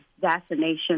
vaccination